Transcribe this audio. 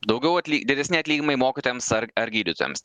daugiau didesni atlyginimai mokytojams ar ar gydytojams